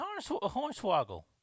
Hornswoggle